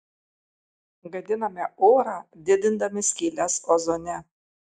gadiname orą didindami skyles ozone